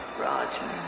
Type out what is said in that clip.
Roger